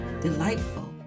delightful